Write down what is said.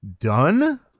done